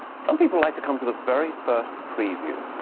some people like to come to the very first preview.